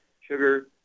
sugar